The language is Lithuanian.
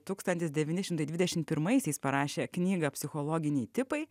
tūkstantis devyni šimtai dvidešim pirmaisiais parašė knygą psichologiniai tipai